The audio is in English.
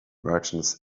merchants